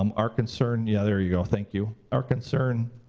um our concern, yeah there you go, thank you. our concern